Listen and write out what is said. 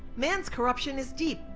man's corruption is deep.